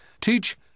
Teach